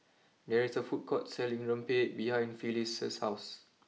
there is a food court selling Rempeyek behind Phyliss house